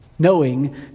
knowing